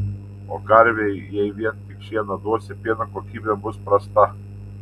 o karvei jei vien tik šieną duosi pieno kokybė bus prasta